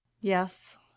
Yes